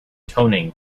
toning